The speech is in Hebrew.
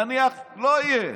נניח שלא יהיו.